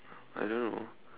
I don't know